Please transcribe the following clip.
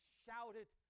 shouted